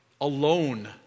alone